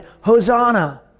Hosanna